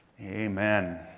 Amen